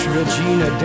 Regina